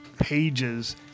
pages